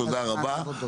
תודה רבה.